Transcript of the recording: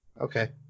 Okay